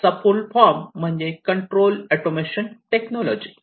कॅटचा full form म्हणजे control automation technology